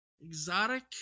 exotic